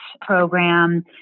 program